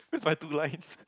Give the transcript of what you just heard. where's my two lines